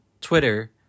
Twitter